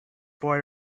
boy